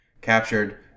captured